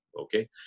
Okay